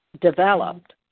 developed